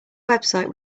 website